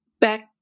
back